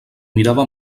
mirava